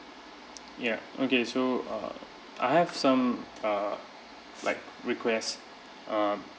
ya okay so uh I have some uh like request uh